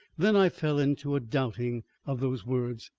then i fell into a doubting of those words.